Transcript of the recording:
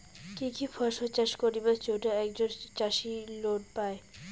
কি কি ফসল চাষ করিবার জন্যে একজন চাষী লোন পায়?